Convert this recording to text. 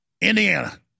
Indiana